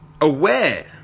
aware